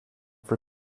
for